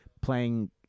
playing